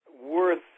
worth